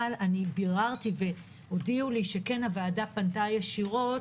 אבל ביררתי והודיעו לי שכן הוועדה פנתה ישירות